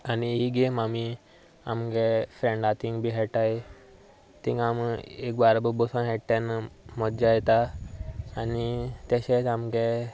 आनी ही गेम आमी आमच्या फ्रेंडा थंय बीन खेळटात थंय आमी एक बाराबर बसून खेळटा तेन्ना मज्जा येता आनी तशेंच आमच्या